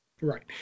Right